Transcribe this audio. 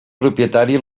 propietari